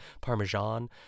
Parmesan